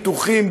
פתוחים,